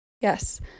Yes